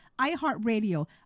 iHeartRadio